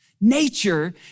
Nature